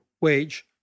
wage